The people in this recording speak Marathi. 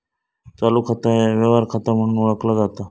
चालू खाता ह्या व्यवहार खाता म्हणून ओळखला जाता